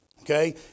okay